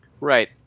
Right